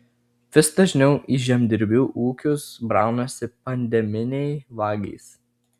vis dažniau į žemdirbių ūkius braunasi pandeminiai vagys